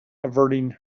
averting